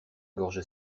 gorge